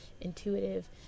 intuitive